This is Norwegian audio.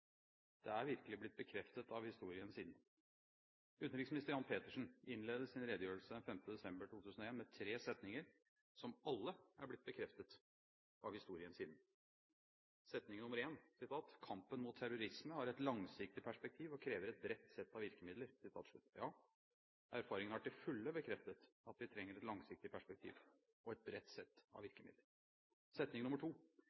er virkelig blitt bekreftet av historien siden. Tidligere utenriksminister Jan Petersen innledet sin redegjørelse den 5. desember 2001 med tre setninger, som alle er blitt bekreftet av historien siden. Setning nr. 1: «Kampen mot internasjonal terrorisme har et langsiktig perspektiv og krever et bredt sett av virkemidler.» Ja, erfaringen har til fulle bekreftet at vi trenger et langsiktig perspektiv – og et bredt sett av